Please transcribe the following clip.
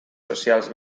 socials